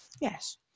Yes